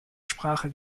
sprache